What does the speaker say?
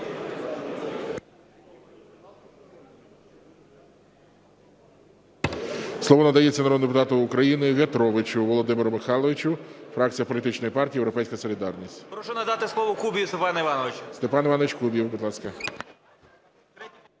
Слово надається народному депутату України В'ятровичу Володимиру Михайловичу, фракція політичної партії "Європейська солідарність". 11:57:05 В’ЯТРОВИЧ В.М. Прошу надати слово Кубіву Степану Івановичу. ГОЛОВУЮЧИЙ. Степан Іванович Кубів, будь ласка.